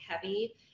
heavy